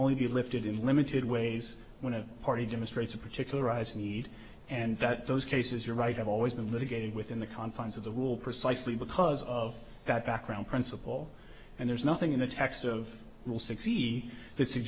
only be lifted in limited ways when a party demonstrates a particularized need and that those cases you're right have always been litigated within the confines of the rule precisely because of that background principle and there's nothing in the text of will succeed